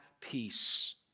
peace